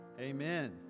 Amen